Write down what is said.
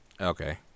Okay